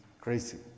crazy